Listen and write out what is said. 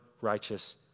righteous